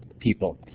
people.